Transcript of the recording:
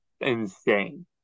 insane